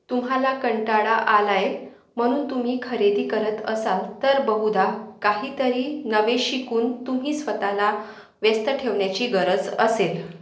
तुम्हाला कंटाळा आलाय म्हणून तुम्ही खरेदी करत असाल तर बहुधा काहीतरी नवे शिकून तुम्ही स्वतःला व्यस्त ठेवण्याची गरज असेल